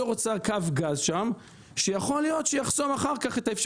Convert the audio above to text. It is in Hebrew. נתגז שם, הרבה חברות אחרות לא שם וזה לא הפעם